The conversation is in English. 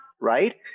right